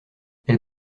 elle